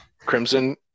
Crimson